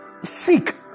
seek